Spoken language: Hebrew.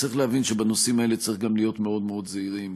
צריך להבין שבנושאים האלה צריך גם להיות מאוד מאוד זהירים,